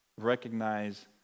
recognize